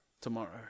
tomorrow